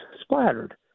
splattered